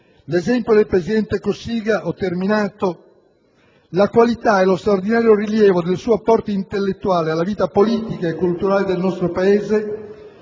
L'esempio del presidente Cossiga, la qualità e lo straordinario rilievo del suo apporto intellettuale alla vita politica e culturale del nostro Paese,